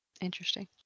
Interesting